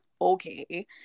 Okay